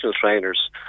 trainers